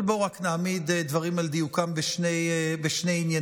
אבל בואו רק נעמיד דברים על דיוקם בשני עניינים.